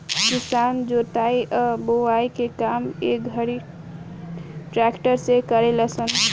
किसान जोताई आ बोआई के काम ए घड़ी ट्रक्टर से करेलन स